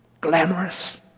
Glamorous